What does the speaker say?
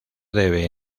debe